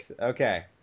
okay